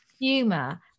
Humor